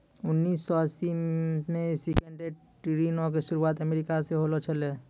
उन्नीस सौ अस्सी मे सिंडिकेटेड ऋणो के शुरुआत अमेरिका से होलो छलै